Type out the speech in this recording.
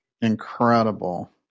Incredible